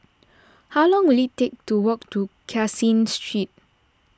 how long will it take to walk to Caseen Street